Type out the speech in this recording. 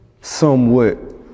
somewhat